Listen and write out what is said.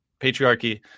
patriarchy